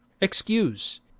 excuse